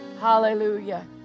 Hallelujah